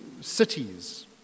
cities